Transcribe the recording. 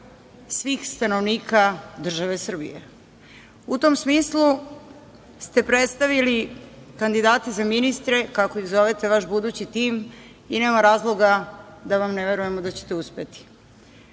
svih stanovnika države Srbije. U tom smislu ste predstavili kandidate za ministre, kako ih zovete vaš budući tim, i nema razloga da vam ne verujemo da ćete uspeti. Kada